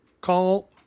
call